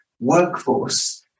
workforce